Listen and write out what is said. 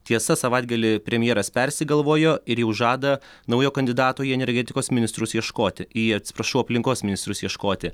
tiesa savaitgalį premjeras persigalvojo ir jau žada naujo kandidato į energetikos ministrus ieškoti į atsiprašau aplinkos ministrus ieškoti